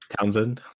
townsend